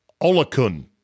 Olakun